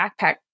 backpack